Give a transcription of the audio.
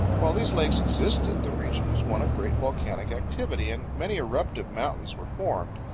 while these lakes existed the region was one of great volcanic activity and many eruptive mountains were formed.